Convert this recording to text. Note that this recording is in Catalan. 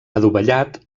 adovellat